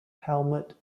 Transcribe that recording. helmut